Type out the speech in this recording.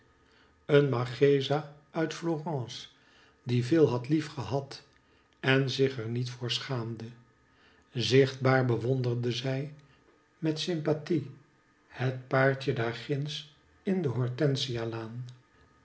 een marchesa uit florence die veel had lief gehad en zich er niet voor schaamde zichtbaar bewonderde zij met sympathie het paartje daar ginds in de hortensia laan